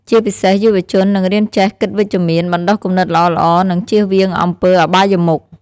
ជាពិសេសយុវជននឹងរៀនចេះគិតវិជ្ជមាន បណ្តុះគំនិតល្អៗ និងចៀសវាងអំពើអបាយមុខ។